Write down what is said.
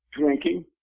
drinking